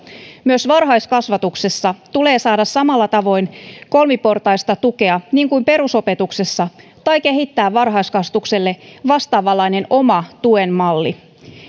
myös varhaiskasvatuksessa tulee saada samalla tavoin kolmiportaista tukea niin kuin perusopetuksessa tai kehittää varhaiskasvatukselle vastaavanlainen oma tuen malli